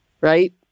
right